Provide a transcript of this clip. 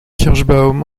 kirschbaum